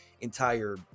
entire